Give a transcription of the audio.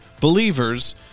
believers